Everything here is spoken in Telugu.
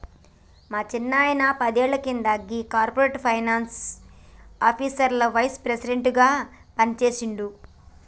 మా సిన్నాయిన పదేళ్ల కింద గీ కార్పొరేట్ ఫైనాన్స్ ఆఫీస్లకి వైస్ ప్రెసిడెంట్ గా పనిజేసిండు